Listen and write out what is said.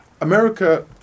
America